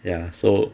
ya so